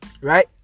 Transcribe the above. Right